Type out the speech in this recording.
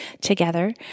together